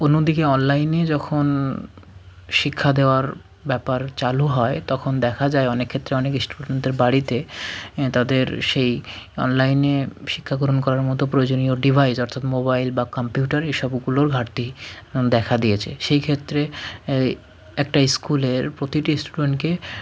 অন্যদিকে অনলাইনে যখন শিক্ষা দেওয়ার ব্যাপার চালু হয় তখন দেখা যায় অনেক ক্ষেত্রে অনেক ইস্টুডেন্টদের বাড়িতে তাদের সেই অনলাইনে শিক্ষাগ্রহণ করার মতো প্রয়োজনীয় ডিভাইস অর্থাৎ মোবাইল বা কাম্পিউটারের এসব ওগুলোর ঘাটতি দেখা দিয়েছে সেই ক্ষেত্রে একটা স্কুলের প্রতিটি স্টুডেন্টকে